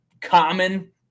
common